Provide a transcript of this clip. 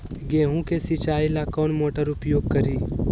गेंहू के सिंचाई ला कौन मोटर उपयोग करी?